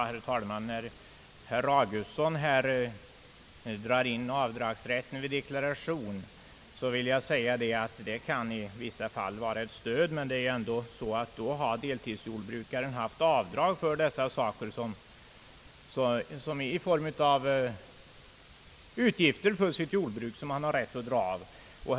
Herr talman! När herr Augustsson här i debatten drar in avdragsrätten vid deklaration vill jag säga att denna i vissa fall kan innebära ett stöd. Då har emellertid deltidsjordbrukaren «haft verkliga utgifter för sitt jordbruk, och det är sådana kostnader han drar av.